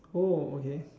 oh okay